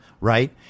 right